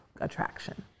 attraction